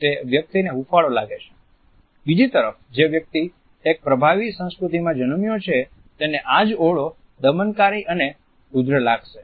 તે વ્યક્તિને હુંફાળો લાગે છે બીજી તરફ જે વ્યક્તિ એક પ્રભાવી સંસ્કૃતિમાં જન્મ્યો છે તેને આજ ઓરડો દમનકારી અને ઉજ્જડ લાગશે